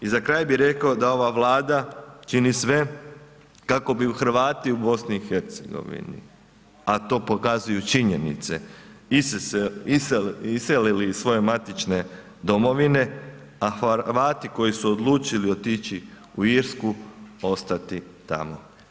I za kraj bih rekao da ova Vlada čini sve kako bi Hrvati u BiH, a to pokazuju činjenice iselili iz svoje matične domovine, a Hrvati koji su odlučili otići u Irsku, ostati tamo.